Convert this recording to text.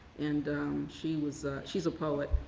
and she was she's a poet,